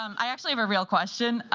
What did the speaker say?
um i actually have a real question.